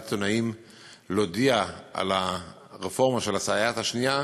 עיתונאים להודיע על הרפורמה של הסייעת השנייה,